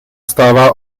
stává